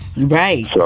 Right